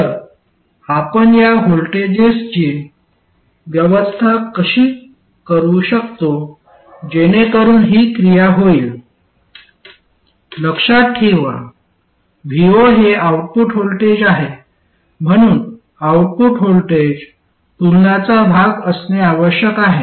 तर आपण या व्होल्टेजेसची व्यवस्था कशी करू शकतो जेणेकरून ही क्रिया होईल लक्षात ठेवा vo हे आउटपुट व्होल्टेज आहे म्हणून आउटपुट व्होल्टेज तुलनाचा भाग असणे आवश्यक आहे